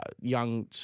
young